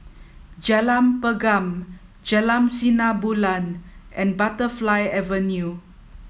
Jalan Pergam Jalan Sinar Bulan and Butterfly Avenue